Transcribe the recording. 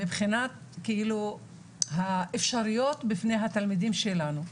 מבחינת האפשרויות בפני התלמידים שלנו.